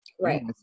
Right